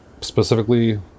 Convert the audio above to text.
specifically